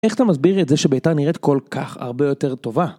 איך אתה מסביר את זה שביתר נראית כל כך הרבה יותר טובה?